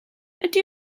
ydy